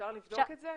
אפשר לבדוק את זה?